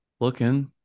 looking